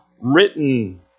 written